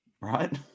Right